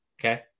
Okay